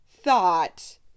thought